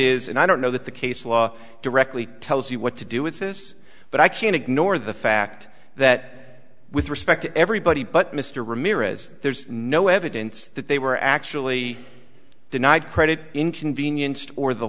is and i don't know that the case law directly tells you what to do with this but i can't ignore the fact that with respect to everybody but mr ramirez there's no evidence that they were actually denied credit inconvenienced or the